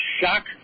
Shock